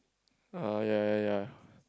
ah ya ya ya